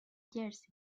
jersey